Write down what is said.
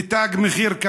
ותג מחיר,